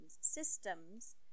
systems